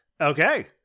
Okay